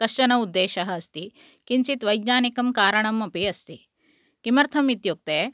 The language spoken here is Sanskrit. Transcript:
कश्चन उद्देशः अस्ति किञ्चित् वैज्ञानिकं कारणम् अपि अस्ति किमर्थम् इत्युक्ते